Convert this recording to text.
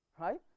right